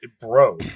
bro